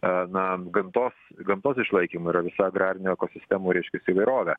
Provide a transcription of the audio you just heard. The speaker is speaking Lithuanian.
a nam gamtos gamtos išlaikymui yra visa agrarinio ekosistemų reiškias įvairovė